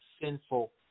sinful